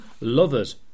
Lovers